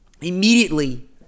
Immediately